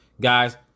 Guys